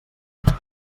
raó